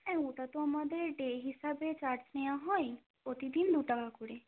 হ্যাঁ ওটা তো আমাদের ডে হিসাবে চার্জ নেওয়া হয় প্রতিদিন দু টাকা করে